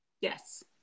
yes